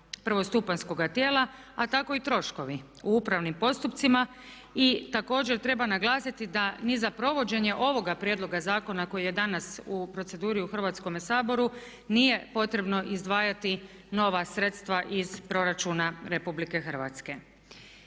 prvostupanjskoga tijela a tako i troškovi u upravnim postupcima. I također treba naglasiti da ni za provođenje ovoga prijedloga zakona koji je danas u proceduri u Hrvatskome saboru nije potrebno izdvajati nova sredstva iz proračuna RH.